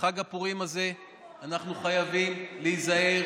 בחג הפורים הזה אנחנו חייבים להיזהר.